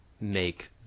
make